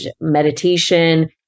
meditation